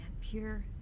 Pure